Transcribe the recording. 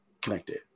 connected